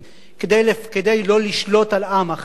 כדי לא לשלוט על עם אחר.